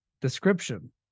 Description